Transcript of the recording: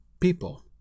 people